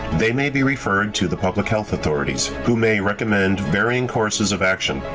they may be referred to the public health authorities, who may recommend varying courses of action,